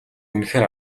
үнэхээр